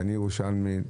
אני ירושלמי,